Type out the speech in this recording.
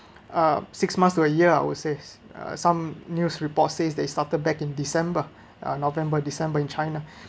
uh six months to a year I would says some news reports says they started back in december uh november december in china